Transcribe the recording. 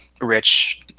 rich